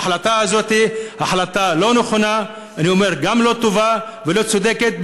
ההחלטה הזאת היא החלטה לא נכונה וגם לא טובה ולא צודקת,